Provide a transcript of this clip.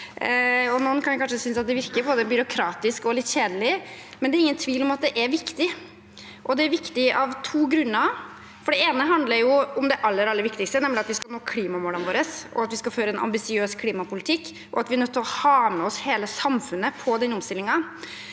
Noen kan kanskje synes at det virker både byråkratisk og litt kjedelig, men det er ingen tvil om at det er viktig. Det er viktig av to grunner. Den ene handler om det aller, aller viktigste, nemlig at vi skal nå klimamålene våre, at vi skal føre en ambisiøs klimapolitikk, og at vi er nødt til å ha med oss hele samfunnet på den omstillingen.